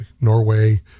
norway